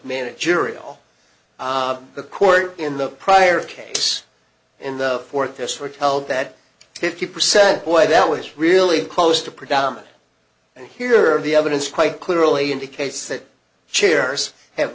managerial job the court in the prior case in the fourth district held that fifty percent boy that was really close to predominate and here of the evidence quite clearly indicates that chairs have